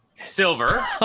silver